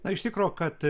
na iš tikro kad